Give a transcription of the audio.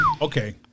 Okay